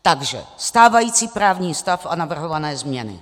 Takže stávající právní stav a navrhované změny.